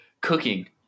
cooking